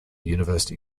university